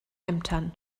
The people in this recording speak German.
ämtern